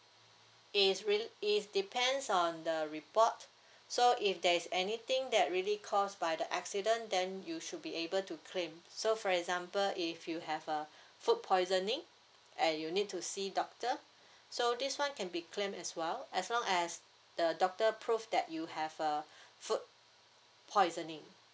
is rea~ is depends on the report so if there's anything that really caused by the accident then you should be able to claim so for example if you have a food poisoning and you need to see doctor so this [one] can be claimed as well as long as the doctor prove that you have uh food poisoning